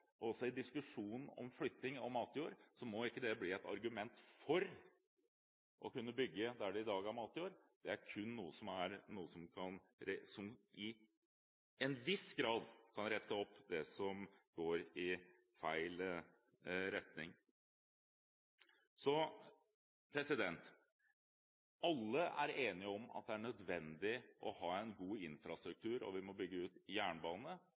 Diskusjonen om flytting av matjord må heller ikke bli et argument for å kunne bygge der det i dag er matjord. Det er kun noe som til en viss grad kan rette opp det som går i feil retning. Alle er enige om at det er nødvendig å ha en god infrastruktur, og at vi må bygge ut jernbane